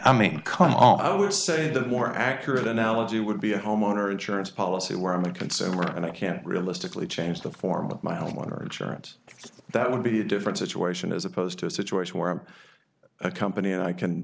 i mean come on i would say the more accurate analogy would be a homeowner insurance policy where on the consumer and i can't realistically change the form of my own water insurance that would be a different situation as opposed to a situation where i am a company and i can